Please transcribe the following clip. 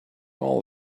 all